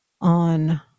on